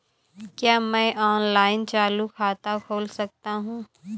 क्या मैं ऑनलाइन चालू खाता खोल सकता हूँ?